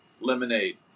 lemonade